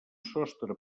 sostre